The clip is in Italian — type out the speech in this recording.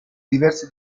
diverse